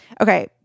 Okay